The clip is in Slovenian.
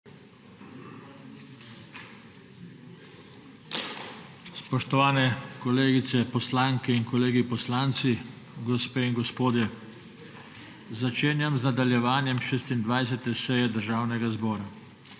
Spoštovani kolegice poslanke in kolegi poslanci, gospe in gospodje, začenjam z nadaljevanjem 26. seje Državnega zbora!